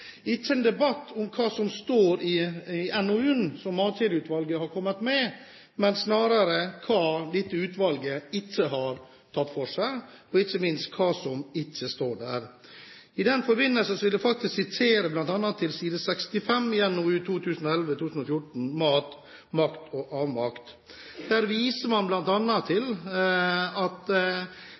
ikke en debatt om hva som står i NOU-en som Matkjedeutvalget har kommet med, men snarere om hva dette utvalget ikke har tatt for seg, og ikke minst hva som ikke står i NOU-en. I den forbindelse vil jeg sitere fra side 65 i NOU 2011:4 Mat, makt og avmakt: «Tidligere undersøkelser har vist at